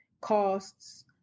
costs